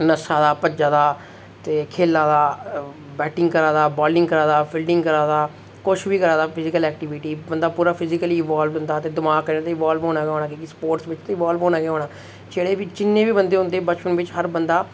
नस्सा दा भज्जा दा ते खेल्ला दा बैटिंग करा दा बालिंग करा दा फील्डिंग करा दा कुछ बी करा दा फिजिकल एक्टीविटी बंदा पूरा फिजिकली इवाल्वल्ड होंदा ते दिमाग कन्नै ते इवाल्व होना गै होने क्योंकि स्पोर्ट्स बिच ते इवाल्व्ड होना गै होना जेह्ड़े बी जिन्ने बी बंदे होंदे बचपन बिच्च हर बंदा